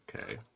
Okay